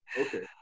okay